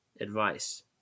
advice